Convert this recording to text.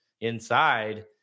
inside